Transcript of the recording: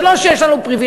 זה לא שיש לנו פריבילגיה,